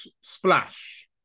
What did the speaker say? splash